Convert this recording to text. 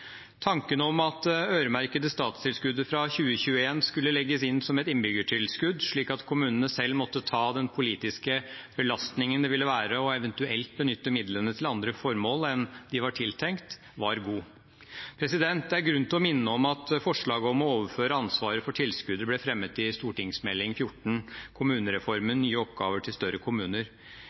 Tanken om at det øremerkede statstilskuddet fra 2021 skulle legges inn som et innbyggertilskudd, slik at kommunene selv måtte ta den politiske belastningen det ville være eventuelt å benytte midlene til andre formål enn de var tiltenkt, var god. Det er grunn til å minne om at forslaget om å overføre ansvaret for tilskuddet ble fremmet i Meld. St. 14 for 2014–2015. Kommunereformen – nye oppgaver til større kommuner.